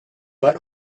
but